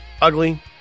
ugly